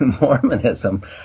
Mormonism